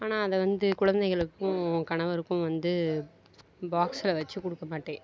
ஆனால் அதை வந்து குழந்தைகளுக்கும் கணவருக்கும் வந்து பாக்ஸில் வெச்சு கொடுக்க மாட்டேன்